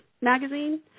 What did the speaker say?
magazine